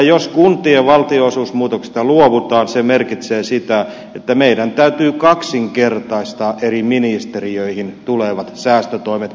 jos kuntien valtionosuusmuutoksista luovutaan se merkitsee sitä että meidän täytyy kaksinkertaistaa eri ministeriöihin tulevat säästötoimet